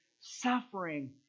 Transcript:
suffering